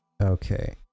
okay